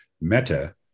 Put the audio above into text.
Meta